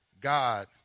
God